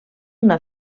una